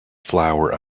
flower